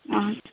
ହଁ